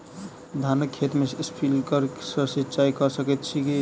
धानक खेत मे स्प्रिंकलर सँ सिंचाईं कऽ सकैत छी की?